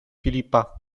filipa